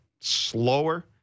slower